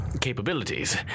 capabilities